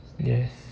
yes